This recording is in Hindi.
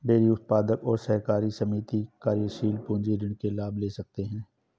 डेरी उत्पादक और सहकारी समिति कार्यशील पूंजी ऋण के लाभ ले सकते है